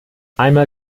einmal